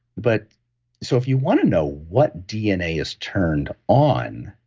but so, if you want to know what dna has turned on,